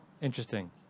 Interesting